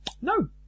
No